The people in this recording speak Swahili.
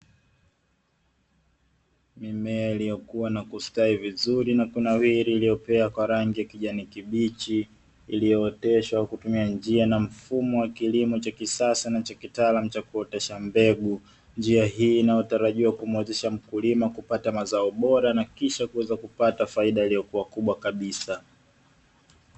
Mimea iliyokua na kustawi vizuri na kunawiri, iliyopea kwa rangi ya kijani kibichi, iliyooteshwa kwa kutumia njia na mfumo wa kilimo cha kisasa na cha kitaalamu cha kuotesha mbegu. Njia hii inayotarajia kumuwezesha mkulima kupata mazao bora na kisha kupata faida iliyokuwa kubwa kabisa.